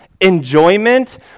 Enjoyment